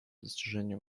достижения